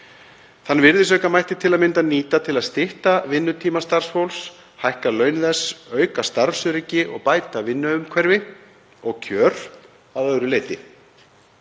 Þann virðisauka mætti til að mynda nýta til að stytta vinnutíma starfsfólks, hækka laun þess, auka starfsöryggi og bæta vinnuumhverfi og kjör að öðru leyti.